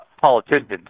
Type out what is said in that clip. politicians